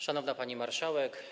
Szanowna Pani Marszałek!